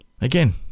again